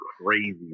crazy